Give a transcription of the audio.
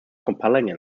compelling